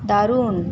দারুন